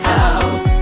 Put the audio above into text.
House